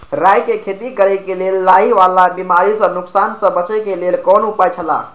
राय के खेती करे के लेल लाहि वाला बिमारी स नुकसान स बचे के लेल कोन उपाय छला?